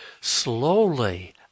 Slowly